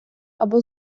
або